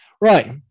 Right